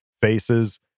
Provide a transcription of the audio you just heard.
faces